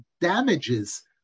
damages